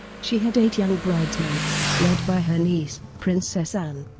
she had eight young bridesmaids, led by her niece, princess anne.